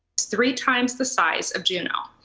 three time the size of juno.